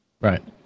Right